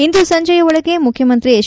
ಇಂದು ಸಂಜೆಯ ಒಳಗೆ ಮುಖ್ಯಮಂತ್ರಿ ಎಚ್